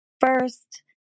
first